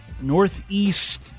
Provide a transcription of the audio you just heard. northeast